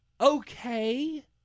okay